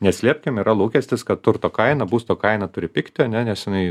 neslėpkim yra lūkestis kad turto kaina būsto kaina turi pigti ane nes inai